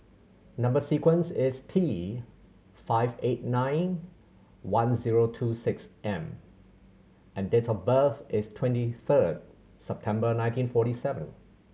number sequence is T five eight nine one zero two six M and date of birth is twenty third September nineteen forty seven